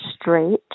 straight